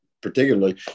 Particularly